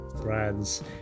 brands